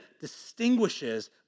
distinguishes